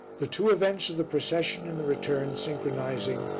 the two events of the procession and the return synchronizing,